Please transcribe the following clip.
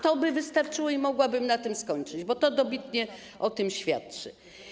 To by wystarczyło i mogłabym na tym skończyć, bo to dobitnie o tym świadczy.